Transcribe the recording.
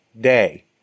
day